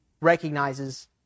recognizes